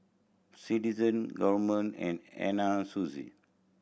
Citizen Gourmet and Anna Sucy